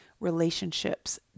relationships